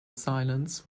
silence